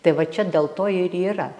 tai va čia dėl to ir yra